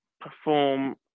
perform